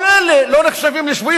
כל אלה לא נחשבים לשבויים.